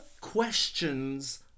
questions